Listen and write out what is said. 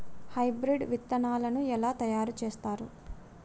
Hybrid విత్తనాలను ఎలా తయారు చేస్తారు?